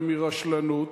ומרשלנות,